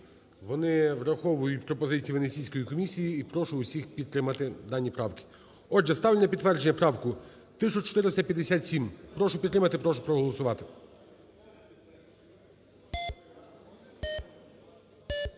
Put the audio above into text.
Вони враховують пропозиції Венеційської комісії. І прошу всіх підтримати дані правки. Отже, ставлю на підтвердження правку 1457. Прошу підтримати, прошу проголосувати.